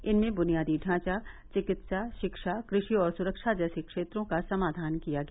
इनमें बुनियादी ढांचा चिकित्सा रिक्षा कृषि और सुरक्षा जैसे क्षेत्रों का समाधान किया गया